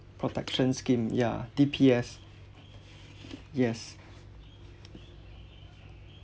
protection scheme ya D_P_S yes